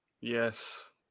yes